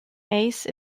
ace